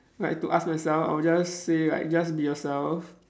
like to ask myself I'll just say like just be yourself